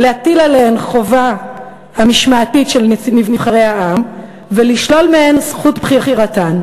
להטיל עליהן החובה המשמעתית של נבחרי העם ולשלול מהן זכות בחירתן?"